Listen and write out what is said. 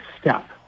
step